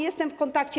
Jestem w kontakcie.